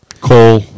Coal